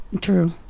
True